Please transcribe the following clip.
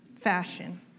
fashion